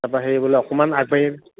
তাৰ পৰা হেৰি বোলে অকণমান আগবাঢ়ি আহিবি